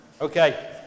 Okay